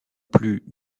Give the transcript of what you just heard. plus